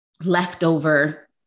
leftover